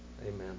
amen